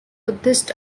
buddhist